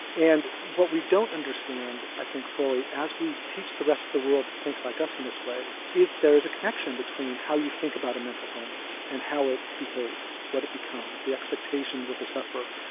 and what we don't understand i think fully, as we teach the rest of the world to think like us in this way, is there is a connection between how you think about a mental illness and how it behaves, what is becomes the expectations of the sufferer,